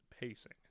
pacing